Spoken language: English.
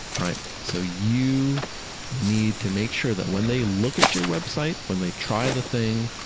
right? so you need to make sure that when they look at your website, when they try the thing,